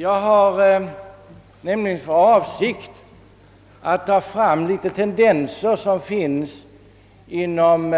Jag har för avsikt att beröra tendenser inom